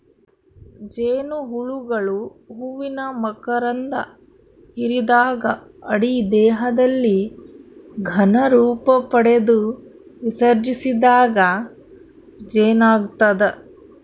ಜೇನುಹುಳುಗಳು ಹೂವಿನ ಮಕರಂಧ ಹಿರಿದಾಗ ಅಡಿ ದೇಹದಲ್ಲಿ ಘನ ರೂಪಪಡೆದು ವಿಸರ್ಜಿಸಿದಾಗ ಜೇನಾಗ್ತದ